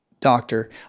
doctor